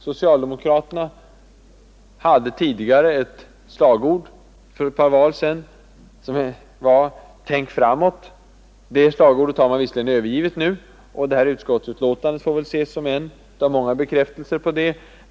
Socialdemokraterna hade tidigare, för ett par val sedan, ett slagord — Tänk framåt! Det slagordet har man visserligen övergivit nu, och det här utskottsbetänkandet får väl ses som en av många bekräftelser på det.